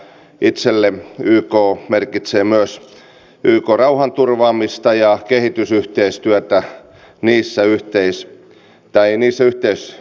itselleni yk merkitsee myös yk rauhanturvaamista ja kehitysyhteistyötä niissä ympyröissä